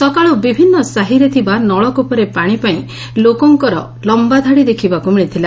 ସକାଳୁ ବିଭିନୁ ସାହିରେ ଥିବା ନଳକ୍ପରେ ପାଶି ପାଇଁ ଲୋକଙ୍କର ଲମ୍ୟା ଧାଡ଼ି ଦେଖିବାକ୍ ମିଳିଥିଲା